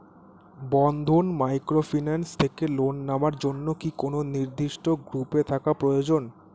বন্ধন microfinance থেকে loan নেওয়ার জন্য কি কোন নির্দিষ্ট গ্রুপে থাকা প্রয়োজন?